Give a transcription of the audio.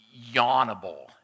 yawnable